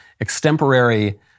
extemporary